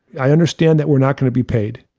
i understand that we're not going to be paid.